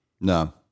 No